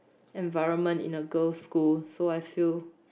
environment in the girl school so I feel